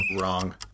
wrong